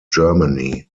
germany